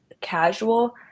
casual